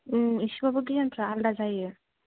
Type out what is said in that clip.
इसेबाबो गियानफ्रा आलादा जायो